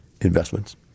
investments